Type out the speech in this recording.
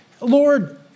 Lord